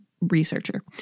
researcher